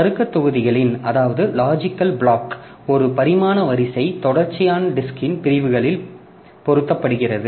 தருக்க தொகுதிகளின் ஒரு பரிமாண வரிசை தொடர்ச்சியாக டிஸ்க்ன் பிரிவுகளில் பொருத்தப்படுகிறது